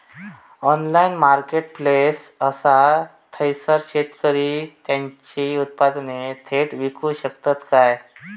Online marketplace असा थयसर शेतकरी त्यांची उत्पादने थेट इकू शकतत काय?